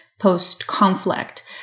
post-conflict